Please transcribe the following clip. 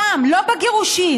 שם, לא בגירושים,